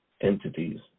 entities